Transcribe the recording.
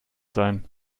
sein